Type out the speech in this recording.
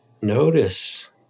Notice